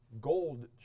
gold